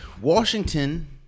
Washington